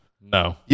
No